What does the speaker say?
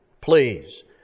please